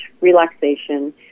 relaxation